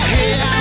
Hey